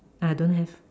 ah don't have